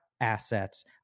assets